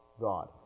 God